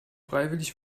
freiwillig